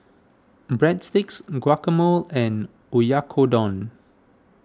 Breadsticks Guacamole and Oyakodon